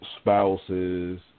spouses